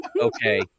okay